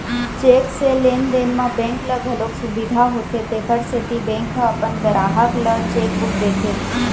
cheque से लेन देन म बेंक ल घलोक सुबिधा होथे तेखर सेती बेंक ह अपन गराहक ल चेकबूक देथे